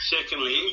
Secondly